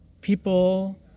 people